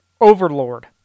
Overlord